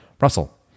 russell